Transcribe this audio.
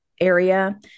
area